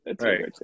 right